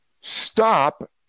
stop